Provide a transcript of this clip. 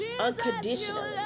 Unconditionally